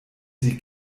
sie